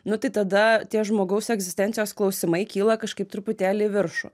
nu tai tada tie žmogaus egzistencijos klausimai kyla kažkaip truputėlį į viršų